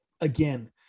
again